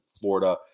Florida